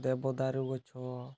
ଦେବଦାରୁ ଗଛ